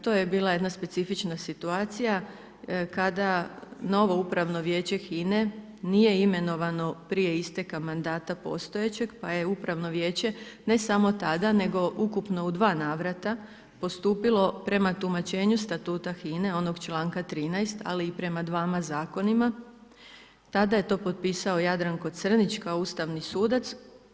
To je bila jedna specifična situacija kada novo Upravno vijeće HINA-e nije imenovano prije isteka mandata postojećeg pa je Upravno vijeće ne samo tada nego ukupno u dva navrata postupilo prema tumačenju statuta HINA-e, onog članka 13. ali i prema dvama zakonima tada je to potpisao Jadranko Crnić kao ustavni sudac.